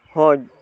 ᱦᱚᱸ